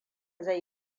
zai